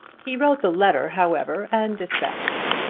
he wrote the letter, however, and dispatched it.